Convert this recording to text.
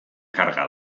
karga